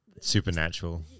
Supernatural